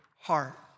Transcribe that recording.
heart